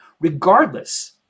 regardless